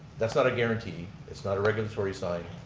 that's not a guarantee. it's not a regulatory sign.